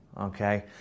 Okay